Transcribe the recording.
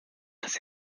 dass